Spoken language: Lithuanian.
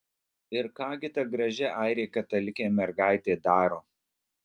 ir ką gi ta graži airė katalikė mergaitė daro